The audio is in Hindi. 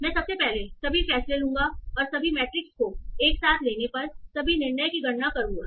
मैं सबसे पहले सभी फैसले लूंगा और सभी मैट्रिक्स को एक साथ लेने पर सभी निर्णय की गणना करूंगा